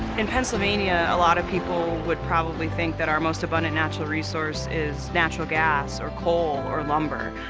in pennsylvania, a lot of people would probably think that our most abundant natural resource is natural gas, or coal, or lumber,